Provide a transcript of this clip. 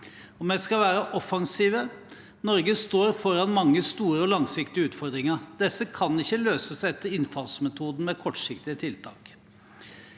– Vi skal være offensive. Norge står foran mange store og langsiktige utfordringer. Disse kan ikke løses etter innfallsmetoden med kortsiktige tiltak.